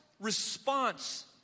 response